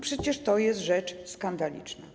Przecież to jest rzecz skandaliczna.